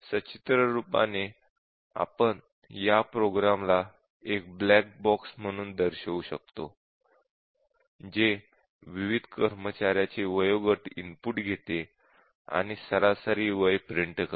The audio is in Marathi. सचित्र रूपाने आपण या प्रोग्राम ला एक ब्लॅक बॉक्स म्हणून दर्शवू शकतो जे विविध कर्मचाऱ्यांचे वयोगट इनपुट घेते आणि सरासरी वय प्रिंट करते